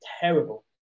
terrible